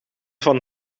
van